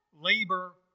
Labor